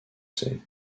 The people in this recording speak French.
sais